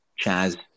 Chaz